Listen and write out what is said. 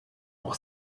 pour